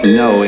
no